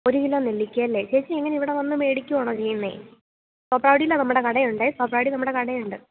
ഒരു കിലോ നെല്ലിക്കെയല്ലേ ചേച്ചി എങ്ങനെയാണ് ഇവിടെ വന്ന് മേടിക്കുവാണോ ചെയ്യുന്നത് തോപ്രാംകുടിയിലാണ് നമ്മുടെ കട ഉണ്ട് തോപ്രാംകുടി നമ്മുടെ കട ഉണ്ട്